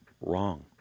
wrong